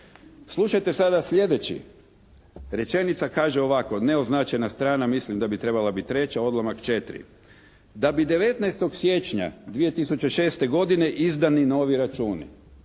Slušajte sada sljedeći. Rečenica kaže ovako, neoznačena strana mislim da bi trebala biti treća, odlomak 4: "Da bi 19. siječnja 2006. godine izdani novi računi".